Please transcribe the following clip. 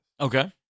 Okay